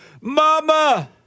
Mama